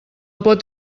pot